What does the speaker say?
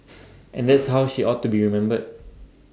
and that's how she ought to be remembered